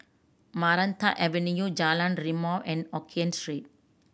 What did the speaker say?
Maranta Avenue Jalan Rimau and Hokien Street